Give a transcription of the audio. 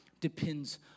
depends